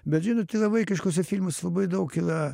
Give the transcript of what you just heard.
bet žinot yra vaikiškuose filmuose labai daug yra